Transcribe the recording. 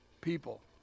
people